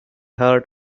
heard